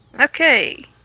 Okay